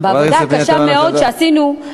בעבודה הקשה מאוד שעשינו,